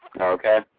okay